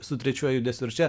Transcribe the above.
su trečiuoju dėsniu ir čia